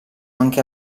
anche